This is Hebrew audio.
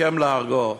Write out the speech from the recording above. השכם להורגו.